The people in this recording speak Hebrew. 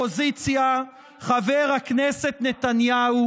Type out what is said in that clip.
ראש האופוזיציה חבר הכנסת נתניהו,